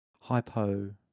Hypo